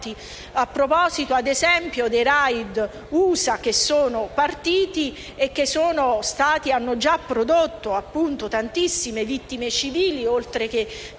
a proposito dei *raid* USA che sono partiti e che hanno già prodotto tantissime vittime civili, oltre che